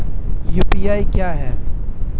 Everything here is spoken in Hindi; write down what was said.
यू.पी.आई क्या है?